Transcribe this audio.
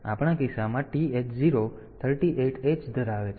તેથી આપણા કિસ્સામાં TH 0 38h ધરાવે છે